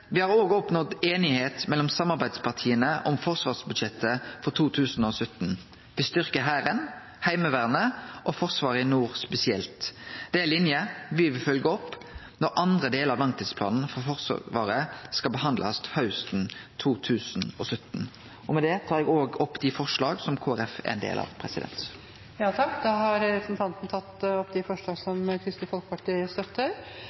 Me har òg oppnådd einigheit mellom samarbeidspartia om forsvarsbudsjettet for 2017. Me styrkjer Hæren, Heimevernet og spesielt forsvaret i nord. Det er ei linje me vil følgje opp når andre delen av langtidsplanen for Forsvaret skal behandlast hausten 2017. Med det tar eg opp dei forslaga som Kristeleg Folkeparti er med på. Representanten Knut Arild Hareide har tatt opp de forslagene han refererte til.